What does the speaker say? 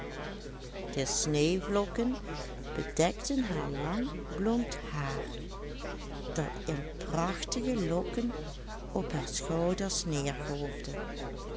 de sneeuwvlokken bedekten haar lang blond haar dat in prachtige lokken op haar schouders